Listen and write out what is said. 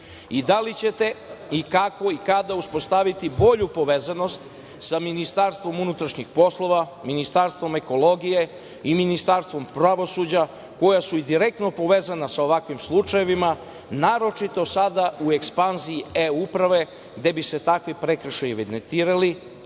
li ćete i kako i kada uspostaviti bolju povezanost sa MUP, Ministarstvom ekologije i Ministarstvom pravosuđa koja su i direktno povezana sa ovakvim slučajevima, naročito sada u ekspanziji e-Uprave gde bi se takvi prekršaji evidentirali,